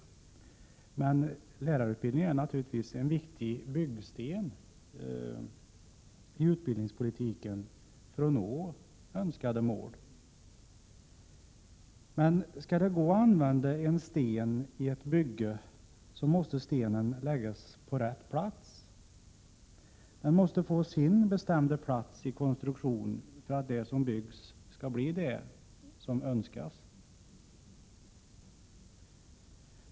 1987/88:101 bildningen är naturligtvis en viktig byggsten i utbildningspolitiken när det — 15 april 1988 gäller att nå önskade mål. En sten måste emellertid få sin bestämda plats i konstruktionen för att det som byggs skall bli vad man önskar.